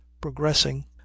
progressing